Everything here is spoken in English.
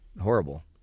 horrible